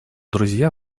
друзья